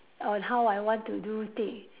on how I want to do thing